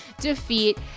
defeat